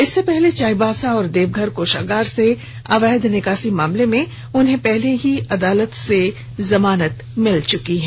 इससे पहले चाईबासा और देवघर कोषागार से अवैध निकासी मामले में उन्हें पहले ही अदालत से जमानत मिल चुकी है